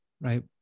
right